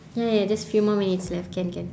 ya ya just a few more minutes left can can